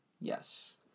Yes